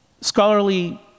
scholarly